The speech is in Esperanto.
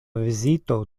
vizito